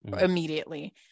immediately